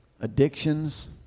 addictions